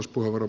kiitos